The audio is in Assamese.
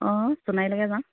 অঁ সোণাৰীলৈকে যাওঁ